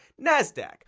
NASDAQ